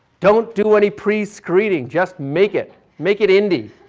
don't do any prescreening, just make it, make it indie,